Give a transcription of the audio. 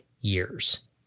years